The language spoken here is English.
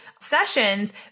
sessions